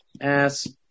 ass